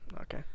Okay